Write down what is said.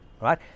right